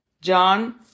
John